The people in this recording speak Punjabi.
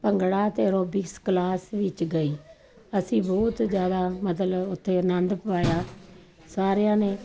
ਭੰਗੜਾ ਅਤੇ ਐਰੋਬਿਕਸ ਕਲਾਸ ਵਿੱਚ ਗਈ ਅਸੀਂ ਬਹੁਤ ਜ਼ਿਆਦਾ ਮਤਲਬ ਉੱਥੇ ਆਨੰਦ ਪਾਇਆ ਸਾਰਿਆਂ ਨੇ